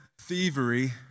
thievery